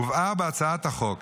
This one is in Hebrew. הובהר בהצעת החוק